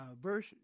verse